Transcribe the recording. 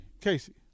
Casey